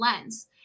lens